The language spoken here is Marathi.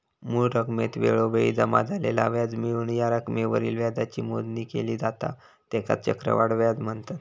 मूळ रकमेत वेळोवेळी जमा झालेला व्याज मिळवून या रकमेवरील व्याजाची मोजणी केली जाता त्येकाच चक्रवाढ व्याज म्हनतत